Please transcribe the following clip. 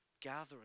gathering